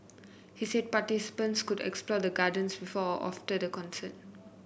he said participants could explore the gardens before or after the concert